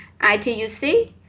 ITUC